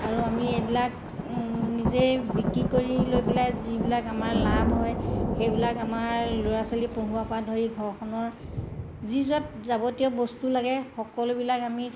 আৰু আমি এইবিলাক নিজেই বিক্ৰী কৰি লৈ পেলাই যিবিলাক আমাৰ লাভ হয় সেইবিলাক আমাৰ ল'ৰা ছোৱালী পঢ়োৱাৰপৰা ধৰি ঘৰখনৰ যি য'ত যাৱতীয় বস্তু লাগে সকলোবিলাক আমি